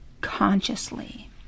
consciously